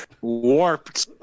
warped